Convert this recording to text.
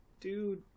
dude